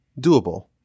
doable